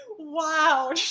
Wow